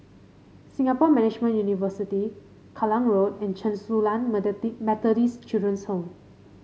Singapore Management University Kallang Road and Chen Su Lan Methodist Children's Home